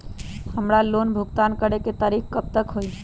हमार लोन भुगतान करे के तारीख कब तक के हई?